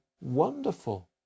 wonderful